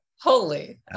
Holy